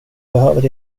behöver